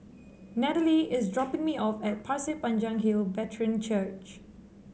Natalee is dropping me off at Pasir Panjang Hill Brethren Church